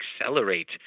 accelerate